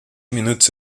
minutos